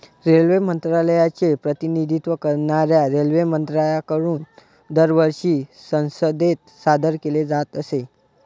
railway मंत्रालयाचे प्रतिनिधित्व करणाऱ्या रेल्वेमंत्र्यांकडून दरवर्षी संसदेत सादर केले जात असे